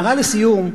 הערה לסיום,